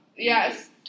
Yes